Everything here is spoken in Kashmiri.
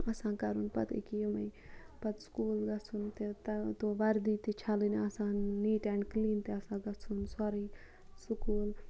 آسان کَرُن پَتہٕ أکیاہ یِمے پَتہٕ سکوٗل گَژھُن تہِ وَردی تہِ چھَلٕنۍ آسان نیٖٹ اینٛد کِلیٖن تہِ آسان گَژھُن سورُے سکوٗل